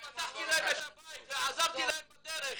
אני פתחתי להם את הבית ועזרתי להם בדרך,